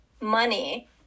money